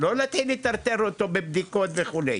לא לטרטר אותו בבדיקות וכו'.